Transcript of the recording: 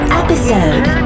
episode